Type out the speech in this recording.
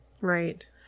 Right